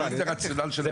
מתייחס.